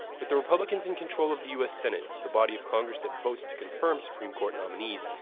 with the republicans in control of the us senate, the body of congress that votes to confirm supreme court nominees,